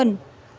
بۄن